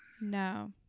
No